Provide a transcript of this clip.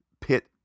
pit